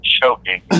choking